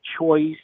choice